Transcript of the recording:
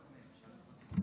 אחרי למעלה מעשור של ניסיונות,